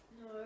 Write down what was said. No